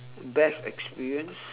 best experience